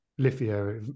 lithia